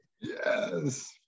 yes